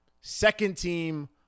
second-team